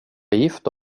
gifta